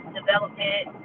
development